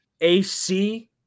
AC